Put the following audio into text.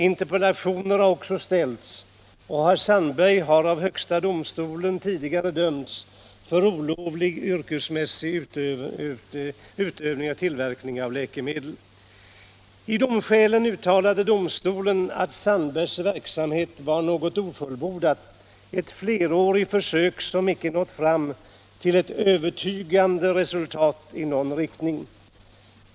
Interpellationer har också ställts, och herr Sandberg har av högsta domstolen tidigare dömts för olovlig yrkesmässig tillverkning av läkemedel. I domskälen uttalade domstolen att Sandbergs verksamhet var ”något ofullbordat, ett flerårigt försök som icke nått fram till ett övertygande resultat i någon riktning”.